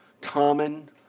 common